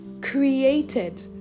created